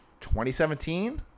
2017